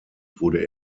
wurde